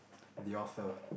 the author